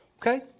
okay